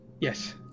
yes